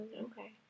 okay